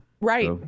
Right